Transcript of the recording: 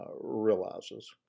realizes